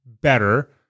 better